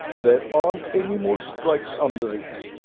there aren't any more strikes under it.